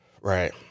Right